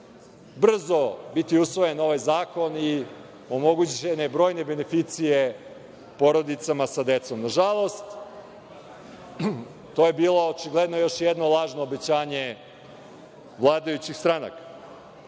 brzo biti usvojen ovaj zakon i omogućene brojne beneficije porodicama sa decom. Nažalost, to je bilo još jedno lažno obećanje vladajućih stranaka,